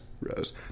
Rose